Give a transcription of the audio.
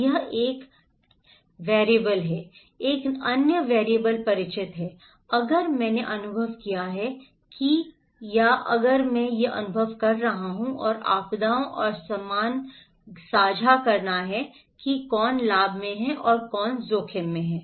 यह एक वैरिएबल है एक अन्य वैरिएबल परिचित है अगर मैंने अनुभव किया है कि एक या अगर मैं यह अनुभव कर रहा हूं और आपदाओं और समान साझा करना है कि कौन लाभ है और कौन जोखिम है